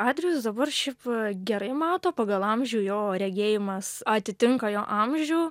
adrijus dabar šiaip gerai mato pagal amžių jo regėjimas atitinka jo amžių